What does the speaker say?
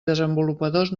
desenvolupadors